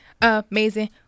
amazing